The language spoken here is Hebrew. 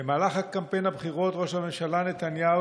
במהלך קמפיין הבחירות ראש הממשלה נתניהו